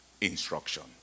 Instruction